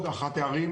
אחת הערים